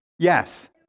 Yes